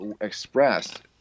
expressed